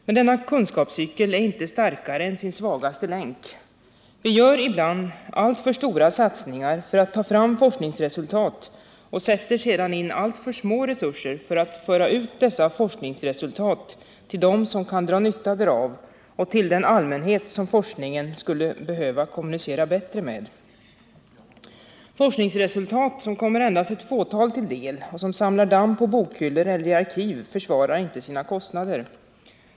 Men denna kunskapscykel är inte starkare än sin svagaste länk. Vi gör ibland alltför stora satsningar på att ta fram forskningsresultat och sätter sedan in alltför små resurser för att föra ut dessa forskningsresultat till dem som kan dra nytta därav och till den allmänhet som forskningen skulle behöva kommunicera bättre med. Forskningsresultat som kommer endast ett fåtal till del och som samlar damm på bokhyllor eller i arkiv försvarar inte sina kostnader.